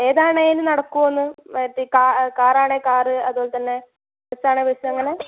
ഏതാണെങ്കിലും നടക്കുമോയെന്ന് മറ്റേ കാറാണെങ്കിൽ കാറ് അതുപോലെ തന്നെ ബസ്സാണെങ്കിൽ ബസ്സ് അങ്ങനെ